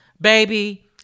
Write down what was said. baby